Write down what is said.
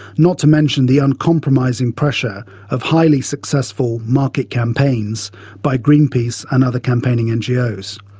not to mention the uncompromising pressure of highly successful market campaigns by greenpeace and other campaigning ngos.